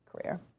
career